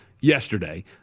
yesterday